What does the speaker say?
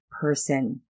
person